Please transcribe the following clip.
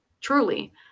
truly